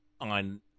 on